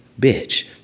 bitch